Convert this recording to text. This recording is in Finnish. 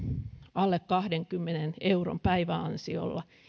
alle kahdenkymmenen euron päiväansioilla